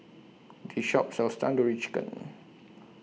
This Shop sells Tandoori Chicken